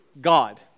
God